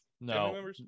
No